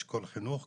אשכול חינוך וכולי,